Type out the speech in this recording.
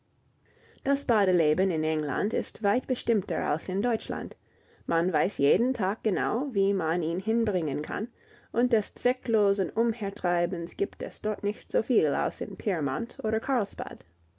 das badeleben in england ist weit bestimmter als in deutschland man weiß jeden tag genau wie man ihn hinbringen kann und des zwecklosen umhertreibens gibt es dort nicht so viel als in pyrmont oder karlsbad